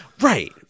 Right